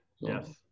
yes